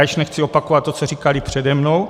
Již nechci opakovat to, co říkali přede mnou.